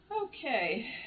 okay